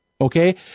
Okay